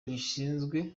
zishinzwe